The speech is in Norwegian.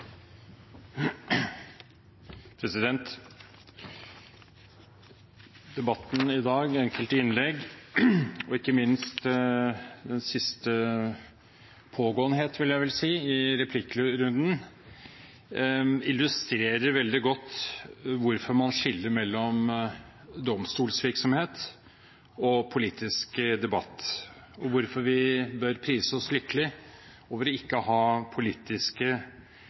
ikke minst den siste pågåenhet – vil jeg vel si – i replikkrunden illustrerer veldig godt hvorfor man skiller mellom domstolvirksomhet og politisk debatt, og hvorfor vi bør prise oss lykkelig over ikke å ha politiske